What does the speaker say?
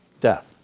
death